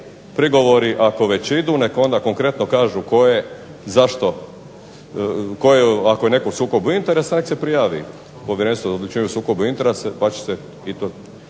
prigovori ako već idu neka onda konkretno kažu tko je u sukobu interesa neka se prijavi Povjerenstvu za odlučivanje o sukobu interesa pa će se i to